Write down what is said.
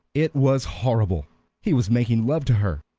it was horrible he was making love to her,